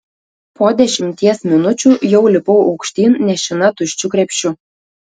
po dešimties minučių jau lipau aukštyn nešina tuščiu krepšiu